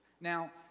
Now